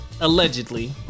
Allegedly